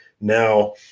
Now